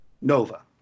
nova